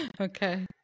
Okay